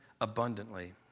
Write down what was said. abundantly